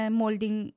molding